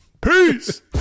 Peace